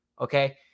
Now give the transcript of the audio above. okay